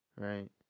right